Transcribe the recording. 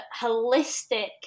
holistic